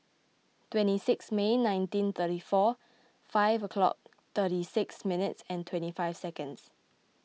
twenty six May nineteen thirty four five o'clock thirty six minutes twenty five seconds